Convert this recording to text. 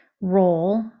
role